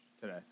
today